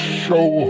show